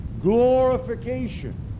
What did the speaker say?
glorification